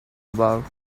about